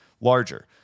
larger